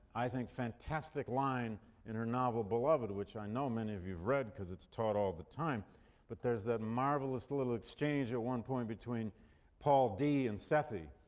i think, fantastic line in her novel beloved which i know many of you've read because it's taught all the time but there's that marvelous little exchange at one point between paul d and sethe.